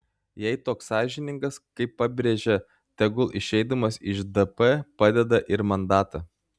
jei toks sąžiningas kaip pabrėžė tegul išeidamas iš dp padeda ir mandatą